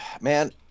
man